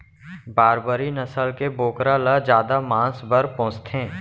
बारबरी नसल के बोकरा ल जादा मांस बर पोसथें